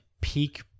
peak